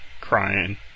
crying